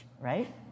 right